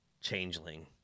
changeling